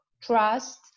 trust